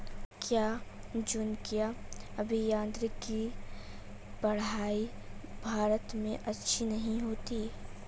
क्या जनुकीय अभियांत्रिकी की पढ़ाई भारत में अच्छी नहीं होती?